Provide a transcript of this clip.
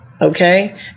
okay